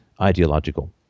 ideological